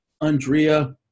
Andrea